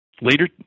Later